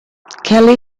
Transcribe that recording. kelly